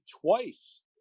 twice